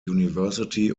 university